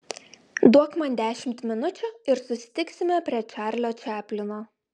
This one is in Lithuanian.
duok man dešimt minučių ir susitiksime prie čarlio čaplino